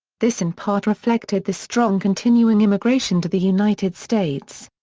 this in part reflected the strong continuing immigration to the united states.